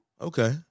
Okay